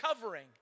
covering